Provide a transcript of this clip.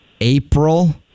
April